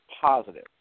positive